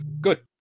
good